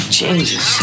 changes